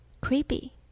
Creepy